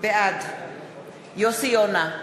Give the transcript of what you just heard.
בעד יוסי יונה,